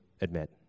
admit